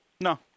No